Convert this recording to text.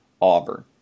auburn